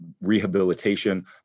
rehabilitation